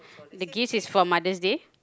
the gift is for Mother's-Day